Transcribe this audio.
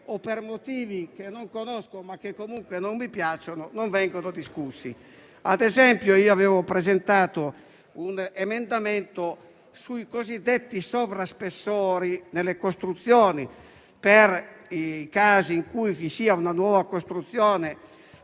per motivi che non conosco, ma che comunque non mi piacciono, non vengono discussi. Ad esempio, io avevo presentato un emendamento sui cosiddetti sovraspessori nelle costruzioni, per i casi in cui vi sia una nuova costruzione,